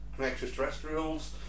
extraterrestrials